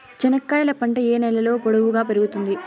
చెనక్కాయలు పంట ఏ నేలలో పొడువుగా పెరుగుతుంది?